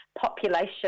population